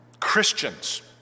Christians